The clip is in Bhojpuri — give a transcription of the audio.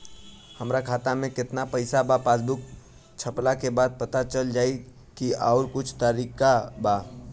हमरा खाता में केतना पइसा बा पासबुक छपला के बाद पता चल जाई कि आउर कुछ तरिका बा?